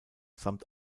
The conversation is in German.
samt